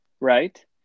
Right